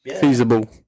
Feasible